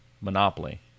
Monopoly